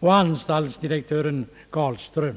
och anstaltsdirektören Carlström.